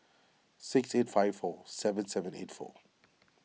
six eight five four seven seven eight four